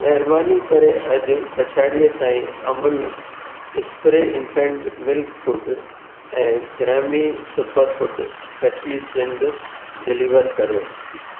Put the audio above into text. महिरबानी करे अॼु पिछाड़ीअ ताईं Amul spray infant milk infant ऐं ग्रामी सुपरफूड कची सिंड डिलीवर कर्यो